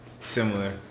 similar